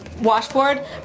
washboard